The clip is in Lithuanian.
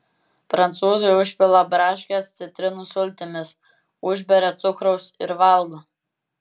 prancūzai užpila braškes citrinų sultimis užberia cukraus ir valgo